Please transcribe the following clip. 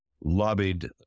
lobbied